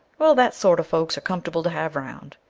well, that sort of folks are comfortable to have round,